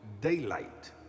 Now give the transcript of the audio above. daylight